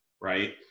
Right